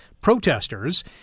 protesters